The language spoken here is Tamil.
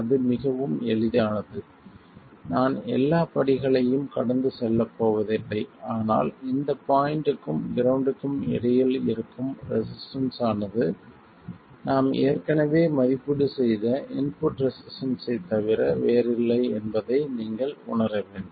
அது மிகவும் எளிதானது நான் எல்லா படிகளையும் கடந்து செல்லப் போவதில்லை ஆனால் இந்த பாய்ண்ட்க்கும் கிரவுண்ட்க்கும் இடையில் இருக்கும் ரெசிஸ்டன்ஸ் ஆனது நாம் ஏற்கனவே மதிப்பீடு செய்த இன்புட் ரெசிஸ்டன்ஸ்ஸைத் தவிர வேறில்லை என்பதை நீங்கள் உணர வேண்டும்